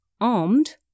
armed